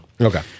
Okay